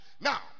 now